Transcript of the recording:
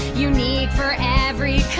unique for every